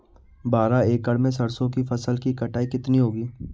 बारह एकड़ में सरसों की फसल की कटाई कितनी होगी?